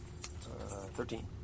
Thirteen